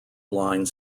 line